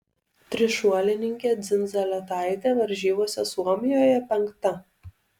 trišuolininkė dzindzaletaitė varžybose suomijoje penkta